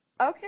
Okay